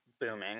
booming